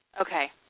Okay